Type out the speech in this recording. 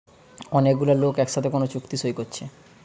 অনেক গুলা লোক একসাথে কোন চুক্তি সই কোরছে